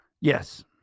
Yes